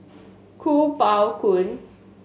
Kuo Pao Kun